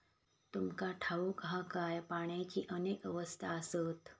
तुमका ठाऊक हा काय, पाण्याची अनेक अवस्था आसत?